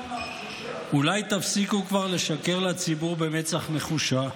אולי תפסיקו כבר לשקר לציבור במצח נחושה?